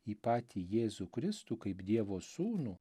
į patį jėzų kristų kaip dievo sūnų